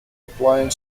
applying